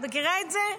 מכירה את זה?